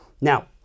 Now